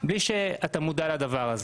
בלי שאתה מודע לדבר הזה.